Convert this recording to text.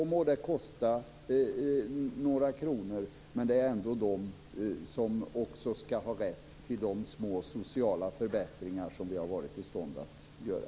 Må det kosta några kronor, de ska ändå också ha rätt till de små sociala förbättringar som vi har varit i stånd att göra.